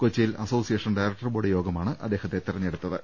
കൊച്ചിയിൽ association director board യോഗമാണ് അദ്ദേഹത്തെ തെരഞ്ഞെടുത്തത്